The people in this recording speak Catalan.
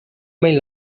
mai